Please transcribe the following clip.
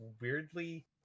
weirdly